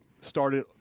started